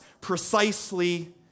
precisely